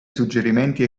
suggerimenti